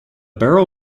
barrel